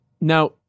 Now